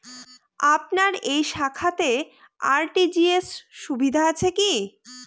আপনার এই শাখাতে আর.টি.জি.এস সুবিধা আছে কি?